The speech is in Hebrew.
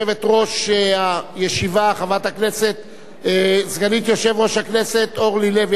יושבת-ראש הישיבה חברת הכנסת סגנית יושב-ראש הכנסת אורלי לוי,